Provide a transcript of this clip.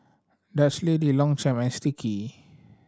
Dutch Lady Longchamp and Sticky